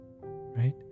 Right